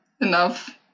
enough